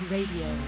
Radio